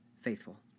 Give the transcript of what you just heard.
faithful